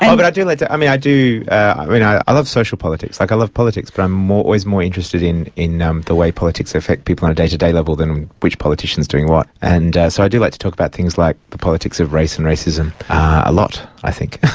but i do like to, i mean, i do, i mean, i i love social politics, like, i love politics but i'm more, i'm always more interested in in um the way politics affect people on a day-to-day level than which politician's doing what, and so i do like to talk about things like the politics of race and racism a lot, i think.